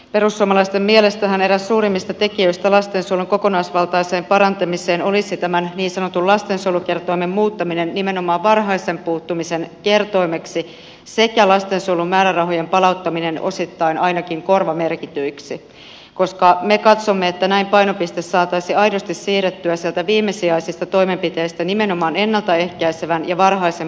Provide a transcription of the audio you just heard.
perussuomalaisten mielestähän eräs suurimmista tekijöistä lastensuojelun kokonaisvaltaisessa parantamisessa olisi tämän niin sanotun lastensuojelukertoimen muuttaminen nimenomaan varhaisen puuttumisen kertoimeksi sekä lastensuojelun määrärahojen palauttaminen ainakin osittain korvamerkityiksi koska me katsomme että näin painopiste saataisiin aidosti siirrettyä sieltä viimesijaisista toimenpiteistä nimenomaan ennalta ehkäisevän ja varhaisen puuttumisen suuntaan